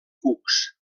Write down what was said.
cucs